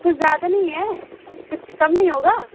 کچھ زیادہ نہیں ہے کچھ کم نہیں ہوگا